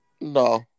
No